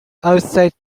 outside